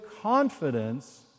confidence